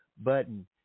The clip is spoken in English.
button